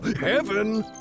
heaven